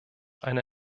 eine